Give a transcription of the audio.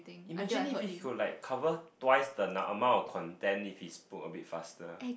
imagine if he could like cover twice the num~ amount of content if he spoke a bit faster